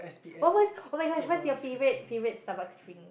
oh oh-my-gosh what's your favorite favorite Starbucks drink